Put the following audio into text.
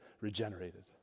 regenerated